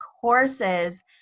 courses